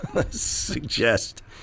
suggest